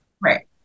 Right